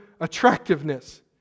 attractiveness